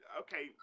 okay